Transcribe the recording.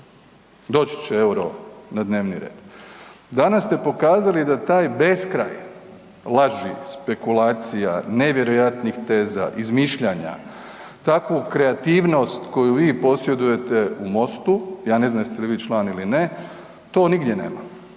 Doći će EUR-o na dnevni red. Danas ste pokazali da taj beskraj laži, spekulacija, nevjerojatnih teza, izmišljanja, takvu kreativnost koju vi posjedujete u MOST-u ja ne znam jeste li vi član ili ne, to nigdje nema,